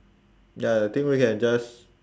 ya I think we can just